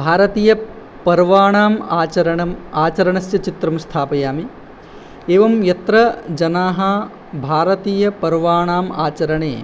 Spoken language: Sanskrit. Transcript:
भारतीयपर्वाणाम् आचरणम् आचरण्स्य चित्रं स्थापयामि एवं यत्र जनाः भारतीयपर्वाणाम् आचरणे